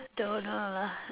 don't know lah